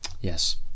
yes